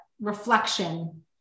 reflection